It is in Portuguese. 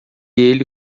ele